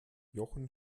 jochen